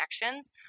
connections